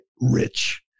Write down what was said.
rich